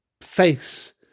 face